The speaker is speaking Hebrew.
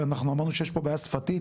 אנחנו אמרנו שיש פה בעיה שפתית,